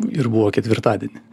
ir buvo ketvirtadienį